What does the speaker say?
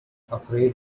afraid